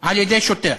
על-ידי שוטר.